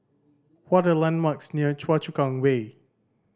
what are the landmarks near Choa Chu Kang Way